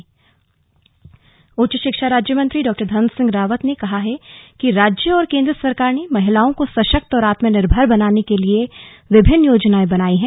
slug Dhan Singh Rawat Pauri उच्च शिक्षा राज्य मंत्री डॉ धन सिंह रावत ने कहा है कि राज्य और केन्द्र सरकार ने महिलाओं को सशक्त और आत्मनिर्भर बनाने के लिए विभिन्न योजनाएं बनाई हैं